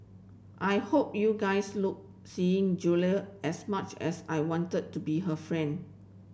I hope you guys look seeing Julia as much as I wanted to be her friend